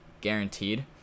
guaranteed